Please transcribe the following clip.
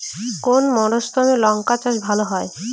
কোন মরশুমে লঙ্কা চাষ ভালো হয়?